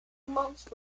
months